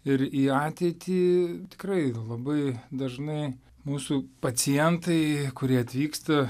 ir į ateitį tikrai labai dažnai mūsų pacientai kurie atvyksta